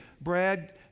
Brad